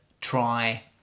try